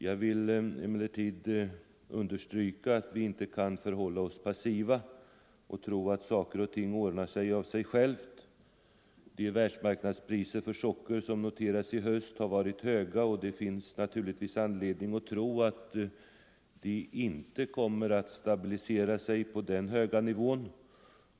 Jag vill emellertid också understryka att vi inte kan förhålla oss passiva och tro att saker och ting ordnar sig av sig själva. De världsmarknadspriser för socker som noterats i höst har varit höga, och det finns anledning att tro att de inte kommer att stabilisera sig på denna höga nivå.